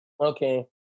Okay